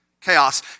chaos